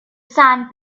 sand